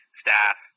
staff